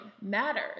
matters